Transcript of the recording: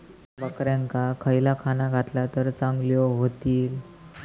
बकऱ्यांका खयला खाणा घातला तर चांगल्यो व्हतील?